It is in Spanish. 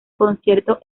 concierto